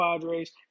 Padres